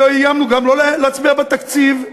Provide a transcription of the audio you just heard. ואיימנו גם לא להצביע בתקציב,